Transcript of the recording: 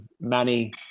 Manny